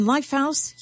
Lifehouse